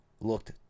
looked